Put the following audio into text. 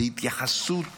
זאת התייחסות